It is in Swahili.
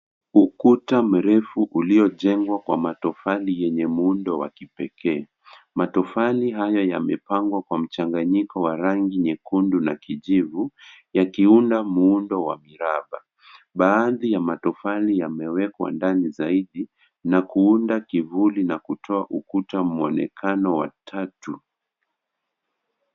Ukuta mrefu uliojengwa kwa matofali yenye muundo wa kipekee, matofali haya yamepangwa kwa mchanganyiko wa rangi nyekundu na kijivu yakiunda muundo wa miraba, baadhi ya matofali yamewekwa ndani zaidi na kuunda kivuli na kutoa ukuta muonekano wa tatu.